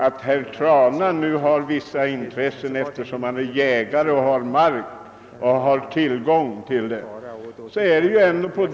Eftersom herr Trana äger mark och är jägare, vill han ha någon sorts monopol.